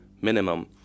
minimum